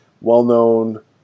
well-known